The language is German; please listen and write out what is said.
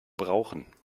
brauchen